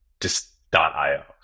just.io